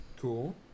Cool